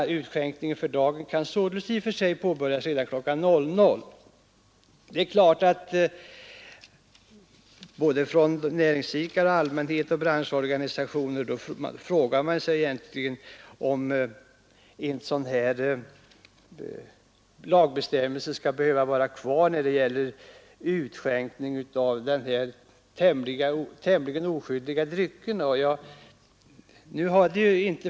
Utskänkningen för dagen kan således i och för sig påbörjas redan kl. 00. Näringsidkarna, branschorganisationerna och allmänheten frågar sig om en sådan här lagbestämmelse skall behöva vara kvar när det gäller utskänkning av dessa tämligen oskyldiga drycker.